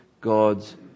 God's